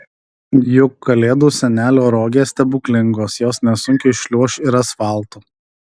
juk kalėdų senelio rogės stebuklingos jos nesunkiai šliuoš ir asfaltu